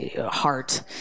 heart